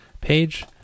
page